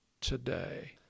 today